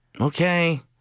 Okay